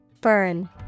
Burn